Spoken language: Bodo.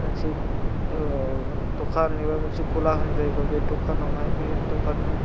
मोनसे दखान एबा गला होनजायो बा बे दखानावहाय बे दखान